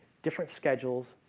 different schedules,